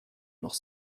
noch